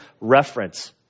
reference